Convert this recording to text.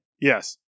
Yes